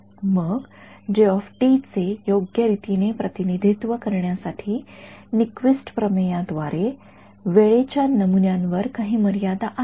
मग चे योग्य रीतीने प्रतिनिधित्व करण्यासाठी निक्विस्ट प्रमेय द्वारे वेळेच्या नमुन्यांवर काही मर्यादा आहे का